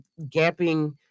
gapping